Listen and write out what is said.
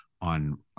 on